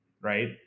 right